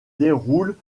déroule